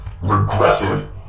regressive